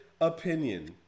opinion